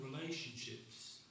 relationships